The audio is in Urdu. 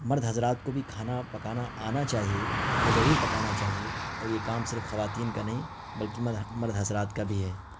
مرد حضرات کو بھی کھانا پکانا آنا چاہیے اور ضرور پکانا چاہیے اور یہ کام صرف خواتین کا نہیں بلکہ مرد حضرات کا بھی ہے